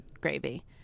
gravy